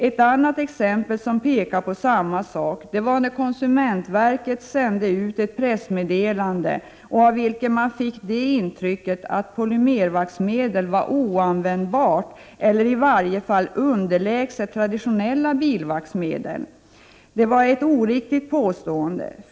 Ett annat exempel som pekar på samma sak var när konsumentverket sände ut pressmeddelande av vilket man fick intrycket att polymervaxmedel var oanvändbart eller i varje fall underlägset traditionella bilvaxmedel. Det var ett oriktigt påstående.